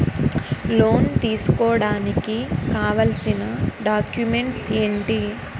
Loan తీసుకోడానికి కావాల్సిన documents ఎంటి?